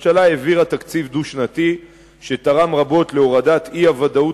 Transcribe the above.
הממשלה העבירה תקציב דו-שנתי שתרם רבות להורדת האי-ודאות